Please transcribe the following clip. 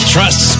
Trust